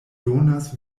donas